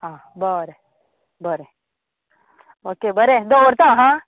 आ बरें बरें ओके बरें दवरतां आं